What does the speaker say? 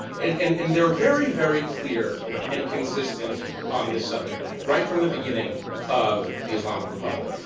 and and and they're very, very clear and consistent on this subject right from the beginning of the islamic republic.